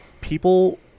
people